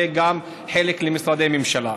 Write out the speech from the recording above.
וגם חלק למשרדי ממשלה.